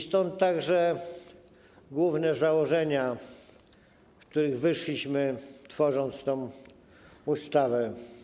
Stąd także główne założenia, z których wyszliśmy, tworząc tę ustawę.